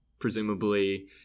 Presumably